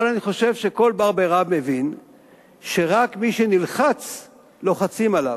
אבל אני חושב שכל בר-בי-רב מבין שרק מי שנלחץ לוחצים עליו.